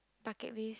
bucket list